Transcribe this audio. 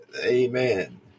Amen